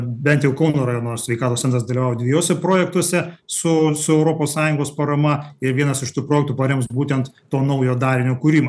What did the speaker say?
bent jau kauno rajono sveikatos centras dalyvauja dviejuose projektuose su su europos sąjungos parama ir vienas iš tų projektų parems būtent to naujo darinio kūrimą